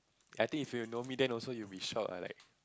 I think if you know me then also you will shock ah like